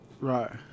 Right